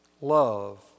love